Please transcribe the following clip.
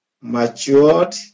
matured